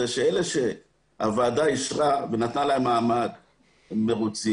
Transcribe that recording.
זה שאלה שהוועדה אישרה ונתנה להם מעמד מרוצים,